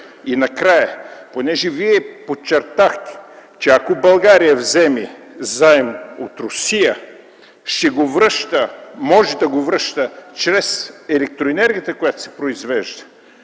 И накрая. Понеже Вие подчертахте, че ако България вземе заем от Русия, може да го връща чрез електроенергията, която се произвежда.